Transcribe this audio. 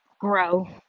grow